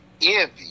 envy